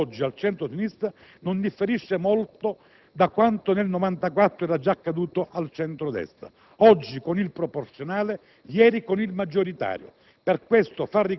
Quello che è accaduto oggi al centro-sinistra non differisce molto da quanto nel 1994 era già accaduto al centro-destra. Oggi con il proporzionale, ieri con il maggioritario.